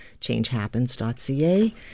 changehappens.ca